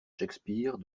shakespeare